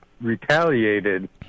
retaliated